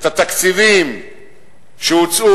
את התקציבים שהוצאו,